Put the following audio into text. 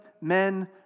men